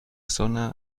zona